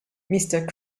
mister